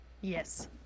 yes